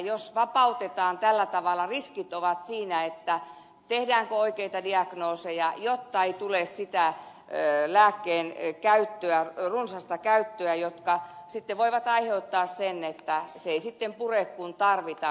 jos vapautetaan tällä tavalla riskit ovat siinä tehdäänkö oikeita diagnooseja jotta ei tule sitä lääkkeen runsasta käyttöä joka sitten voi aiheuttaa sen että se ei sitten pure kun tarvitaan